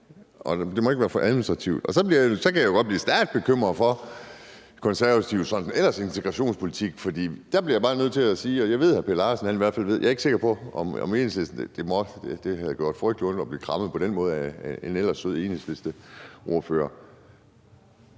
at det ikke må være for administrativt. Og så kan jeg jo godt blive stærkt bekymret for Konservatives integrationspolitik sådan ellers. Jeg bliver bare nødt til at spørge om noget. Jeg ved, at hr. Per Larsen i hvert fald ved det, men jeg er ikke sikker på, om Enhedslisten gør. Det havde gjort frygtelig ondt at blive krammet på den måde af en ellers sød Enhedslisteordfører.